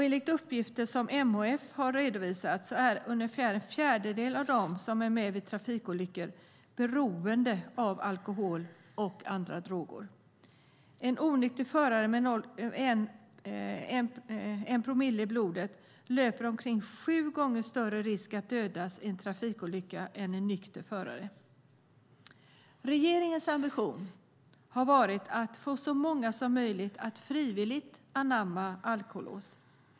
Enligt uppgifter som MHF redovisat är ungefär en fjärdedel av dem som är med vid trafikolyckor beroende av alkohol eller andra droger. En onykter förare med 1 promille i blodet löper omkring sju gånger större risk att dödas i en trafikolycka än en nykter förare. Regeringens ambition har varit att få så många som möjligt att frivilligt anamma alkolås.